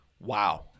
Wow